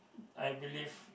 I believe